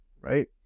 right